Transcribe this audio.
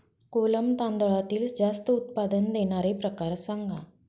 कोलम तांदळातील जास्त उत्पादन देणारे प्रकार सांगा